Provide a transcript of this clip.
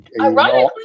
ironically